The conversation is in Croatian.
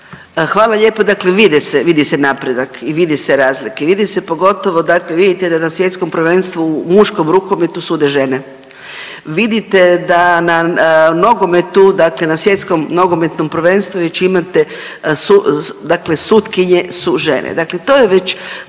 Hvala lijepo. Dakle, vide se, vidi se napredak i vide se razlike. Vidi se pogotovo dakle vidite da na svjetskom prvenstvu u muškom rukometu sude žene. Vidite da na nogometu dakle da na Svjetskom nogometnom prvenstvu već imate dakle sutkinje su žene, dakle to je već